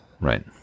Right